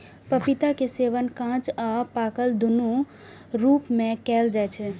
पपीता के सेवन कांच आ पाकल, दुनू रूप मे कैल जाइ छै